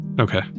Okay